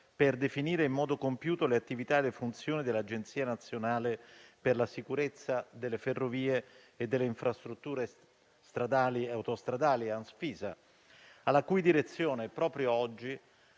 per definire in modo compiuto le attività e le funzioni dell'Agenzia nazionale per la sicurezza delle ferrovie e delle infrastrutture stradali e autostradali (ANSFISA), alla cui direzione proprio oggi,